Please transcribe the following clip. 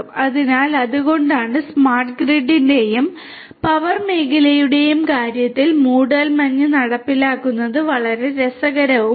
അതിനാൽ അതുകൊണ്ടാണ് സ്മാർട്ട് ഗ്രിഡിന്റെയും പവർ മേഖലയുടെയും കാര്യത്തിൽ ഫോഗ് നടപ്പിലാക്കുന്നത് വളരെ രസകരവും കാര്യക്ഷമവുമാണ്